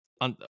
on